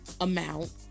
amount